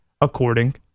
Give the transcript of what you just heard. according